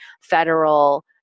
federal